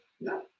No